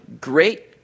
Great